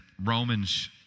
Romans